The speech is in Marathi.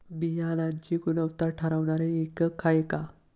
बियाणांची गुणवत्ता ठरवणारे एकक आहे का?